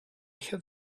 have